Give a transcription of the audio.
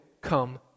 come